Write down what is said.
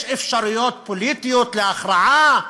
יש אפשרויות פוליטיות להכרעה,